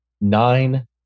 nine